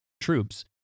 troops